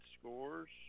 scores